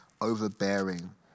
overbearing